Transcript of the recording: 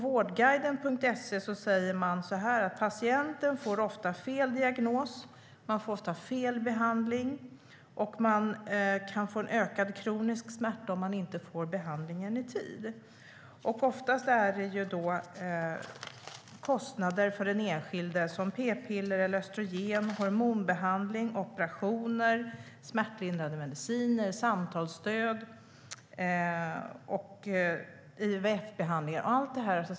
Vårdguiden.se skriver att patienten ofta får fel diagnos och fel behandling och att man kan få en ökad kronisk smärta om man inte får behandling i tid. Ofta är det kostnader för den enskilde för p-piller, östrogen, hormonbehandling, operationer, smärtlindrande mediciner, samtalsstöd och IVF-behandlingar.